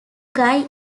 guy